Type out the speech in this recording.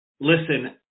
listen